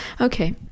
okay